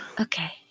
Okay